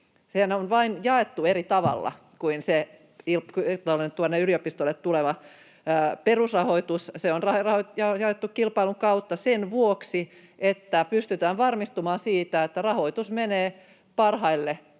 Sehän on vain jaettu eri tavalla kuin yliopistoille tuleva perusrahoitus. Se on jaettu kilpailun kautta sen vuoksi, että pystytään varmistumaan siitä, että rahoitus menee parhaille